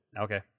okay